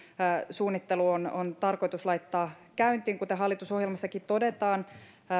suunnittelu on on tarkoitus laittaa käyntiin kuten hallitusohjelmassakin todetaan